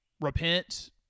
repent